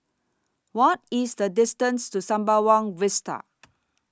What IS The distance to Sembawang Vista